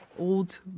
old